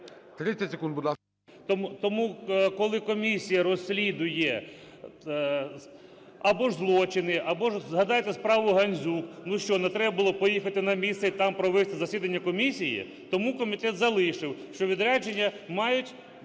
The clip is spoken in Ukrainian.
Тому, коли комісія розслідує або ж злочини, або ж згадайте справу Гандзюк, що, не треба було поїхати на місце і там провести засідання комісії? Тому комітет залишив, що відрядження мають